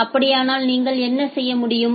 அப்படியானால் நீங்கள் என்ன செய்ய முடியும்